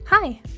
Hi